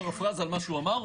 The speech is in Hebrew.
פרפרזה על מה שהוא אמר,